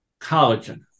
collagen